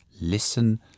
Listen